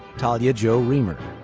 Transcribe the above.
talia jo remer.